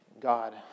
God